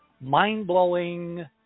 mind-blowing